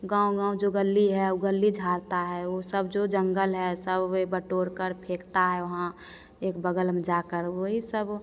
गाँव गाँव जो गली है वह गली झाड़ता है वह सब जो जंगल है सब वह बटोरकर फेंकता है वहाँ एक बगल में जाकर वही सब